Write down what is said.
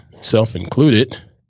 self-included